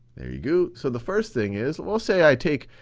there you go. so, the first thing is, we'll say i take,